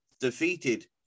defeated